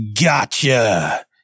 gotcha